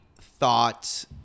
thought